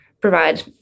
provide